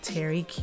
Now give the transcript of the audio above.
Terry